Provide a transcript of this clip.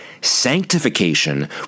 Sanctification